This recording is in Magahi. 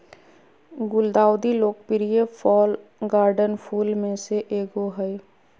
गुलदाउदी लोकप्रिय फ़ॉल गार्डन फूल में से एगो हइ